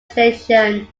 station